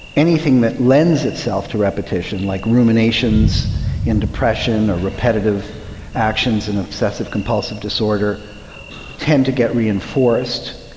anything that lends itself to repetition, like ruminations in depression or repetitive actions in obsessive compulsive disorder tend to get reinforced.